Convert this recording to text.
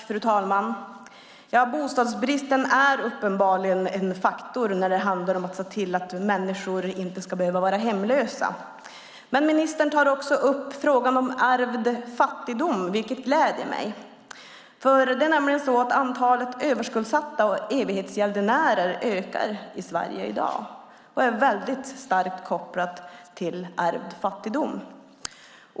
Fru talman! Bostadsbristen är uppenbarligen en faktor när det handlar om att se till att människor inte ska behöva vara hemlösa. Ministern tar också upp frågan om ärvd fattigdom, vilket gläder mig. Antalet överskuldsatta och evighetsgäldenärer ökar nämligen i Sverige i dag, och det är väldigt starkt kopplat till ärvd fattigdom.